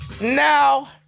Now